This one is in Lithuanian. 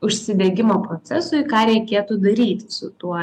užsidegimo procesui ką reikėtų daryti su tuo